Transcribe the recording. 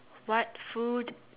what food